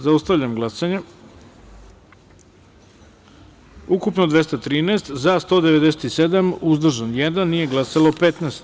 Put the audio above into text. Zaustavljam glasanje: ukupno 213, za – 197, uzdržan – jedan, nije glasalo – 15.